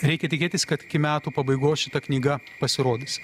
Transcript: reikia tikėtis kad iki metų pabaigos šita knyga pasirodys